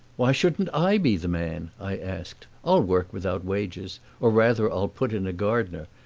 why shouldn't i be the man? i asked. i'll work without wages or rather i'll put in a gardener.